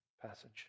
passage